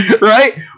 right